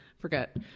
forget